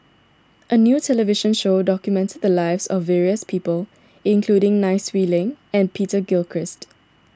a new television show documented the lives of various people including Nai Swee Leng and Peter Gilchrist